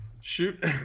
Shoot